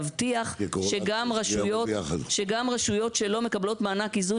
הבטחה שגם רשויות שלא מקבלות מענק איזון,